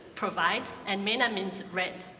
provide, and mena means red.